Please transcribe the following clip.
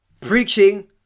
preaching